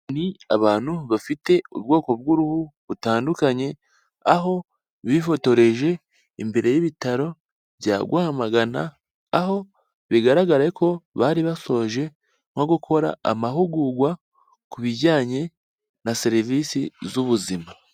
Ni abantu bafite ubwoko bw'uruhu butandukanye, aho bifotoreje imbere y'ibitaro bya Rwamagana, aho bigaragare ko bari basoje nko gukora amahugurwa ku bijyanye na serivisi z'ubuzima.